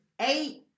Eight